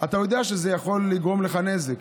אתה יודע שזה יכול לגרום לך נזק.